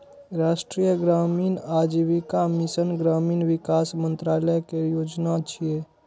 राष्ट्रीय ग्रामीण आजीविका मिशन ग्रामीण विकास मंत्रालय केर योजना छियै